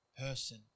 person